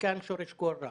וכאן שורש כל רע.